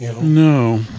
No